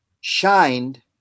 shined